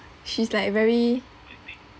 she's like very